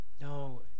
No